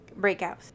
breakouts